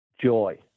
joy